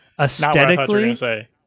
aesthetically